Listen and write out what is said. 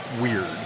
weird